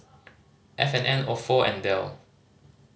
F and N Ofo and Dell